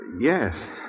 Yes